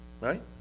right